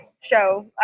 show